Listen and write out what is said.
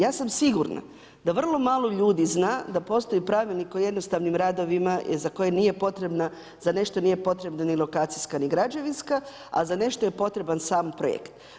Ja sam sigurna da vrlo malo ljudi zna da postoji pravilnik o jednostavnim radovima za koje nije potrebna, za nešto nije potrebna ni lokacijska ni građevinska a za nešto je potreban sam projekt.